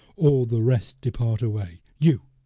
all the rest depart away you,